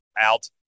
out